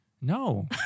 No